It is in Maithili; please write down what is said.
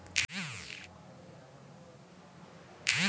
रबरक गाछ एक सय चालीस मीटर तक उँच होइ छै